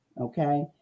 okay